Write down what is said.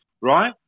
right